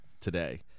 today